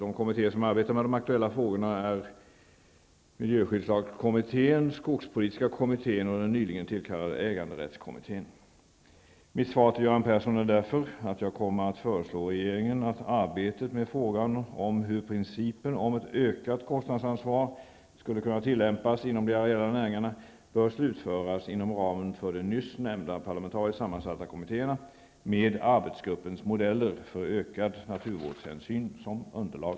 De kommittéer som arbetar med de aktuella frågorna är miljöskyddskommittén (dir. Mitt svar till Göran Persson är därför att jag kommer att föreslå regeringen att arbetet med frågan om hur principen om ett ökat kostnadsansvar skulle kunna tillämpas inom de areella näringarna bör slutföras inom ramen för de nyss nämnda parlamentariskt sammansatta kommittéerna med arbetsgruppens modeller för ökad naturvårdshänsyn som underlag.